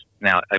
now